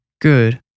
Good